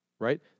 Right